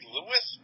Lewis